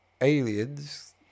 Aliens